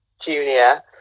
junior